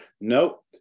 nope